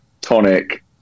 tonic